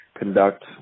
conduct